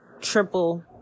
triple